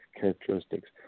characteristics